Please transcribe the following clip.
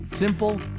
simple